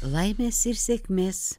laimės ir sėkmės